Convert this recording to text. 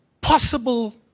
possible